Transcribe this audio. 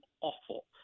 awful